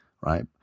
right